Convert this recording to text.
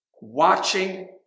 watching